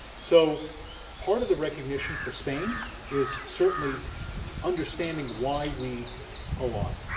so part of the recognition for spain is certainly understanding why we align.